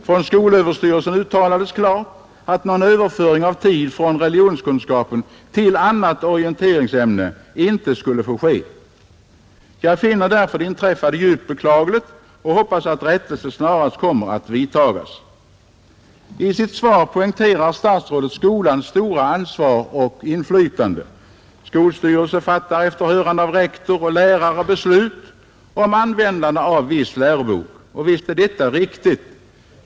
Från skolöverstyrelsen uttalades klart att någon överföring av tid från religionskunskapen till annat orienteringsämne inte skulle få ske. Jag finner därför det inträffade djupt beklagligt och hoppas rättelse snarast kommer att vidtagas. I sitt svar poängterar statsrådet skolans stora ansvar och inflytande. Skolstyrelse fattar efter hörande av rektor och lärare beslut om användande av viss lärobok. Och visst är detta riktigt.